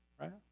right